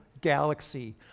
galaxy